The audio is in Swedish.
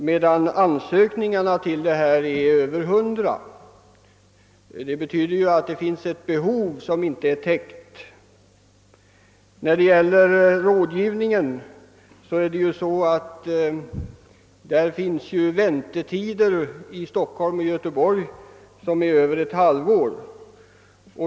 Men ansökningarna uppgår till över hundra, och det visar att det finns ett behov som inte är täckt. För dem som önskar rådgivning kan väntetiderna i Stockholm och Göteborg utgöra mer än ett halvår.